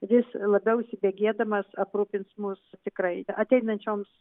vis labiau įsibėgėdamas aprūpins mus tikrai ateinančioms